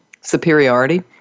superiority